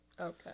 okay